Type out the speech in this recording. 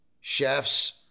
chefs